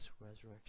resurrection